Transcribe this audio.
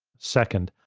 second,